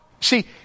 See